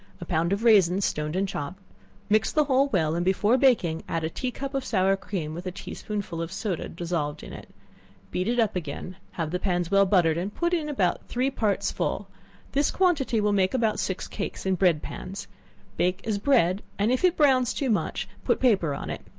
a pound of raisins stoned and chopped mix the whole well, and before baking add a tea-cup of sour cream with a tea-spoonful of soda dissolved in it beat it up again, have the pans well buttered, and put in about three parts full this quantity will make about six cakes, in bread pans bake as bread and if it brown too much, put paper on it,